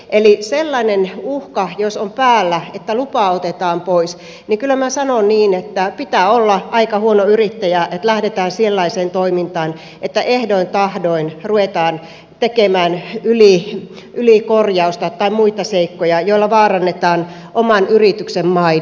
eli jos on sellainen uhka päällä että lupa otetaan pois niin kyllä minä sanon niin että pitää olla aika huono yrittäjä että lähdetään sellaiseen toimintaan että ehdoin tahdoin ruvetaan tekemään ylikorjausta tai muita seikkoja joilla vaarannetaan oman yrityksen maine